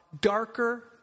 darker